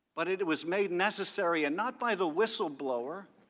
but it it was made necessary, and not by the whistleblower,